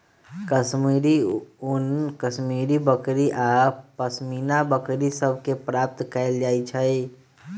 कश्मीरी ऊन कश्मीरी बकरि आऽ पशमीना बकरि सभ से प्राप्त कएल जाइ छइ